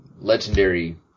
legendary